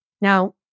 Now